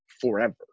forever